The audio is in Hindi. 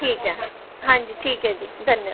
ठीक है हाँ जी ठीक है जी धन्यवाद